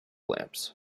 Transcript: lamps